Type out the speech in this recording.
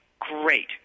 great